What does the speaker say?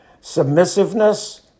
submissiveness